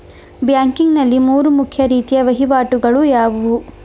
Banking ನಲ್ಲಿ ಮೂರು ಮುಖ್ಯ ರೀತಿಯ ವಹಿವಾಟುಗಳು ಯಾವುವು?